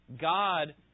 God